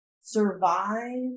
survive